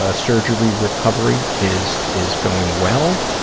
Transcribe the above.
ah surgery recovery is is going well.